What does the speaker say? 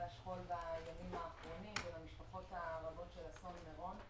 השכול בימים האחרונים ולמשפחות הרבות של אסון מירון.